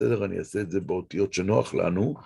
בסדר, אני אעשה את זה באותיות שנוח לנו.